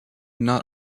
not